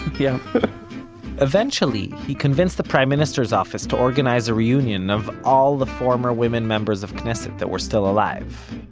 yeah eventually, he convinced the prime minister's office to organize a reunion of all the former women members of knesset that were still alive.